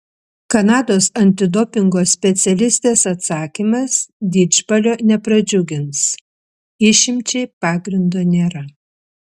kanados antidopingo specialistės atsakymas didžbalio nepradžiugins išimčiai pagrindo nėra